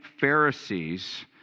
Pharisees